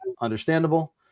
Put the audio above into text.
understandable